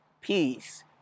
peace